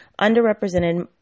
underrepresented